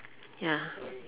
ya